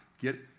get